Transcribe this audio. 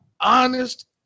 honest